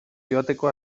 joateko